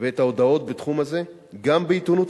ואת ההודעות בתחום הזה גם בעיתונות